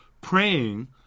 praying